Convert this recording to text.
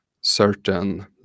certain